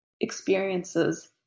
experiences